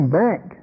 back